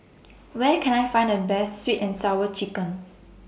Where Can I Find The Best Sweet and Sour Chicken